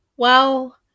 Well